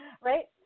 Right